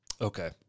Okay